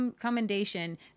commendation